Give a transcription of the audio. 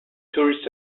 tourist